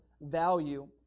value